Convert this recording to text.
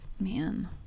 Man